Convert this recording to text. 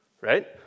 right